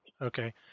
Okay